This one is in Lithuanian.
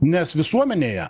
nes visuomenėje